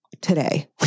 today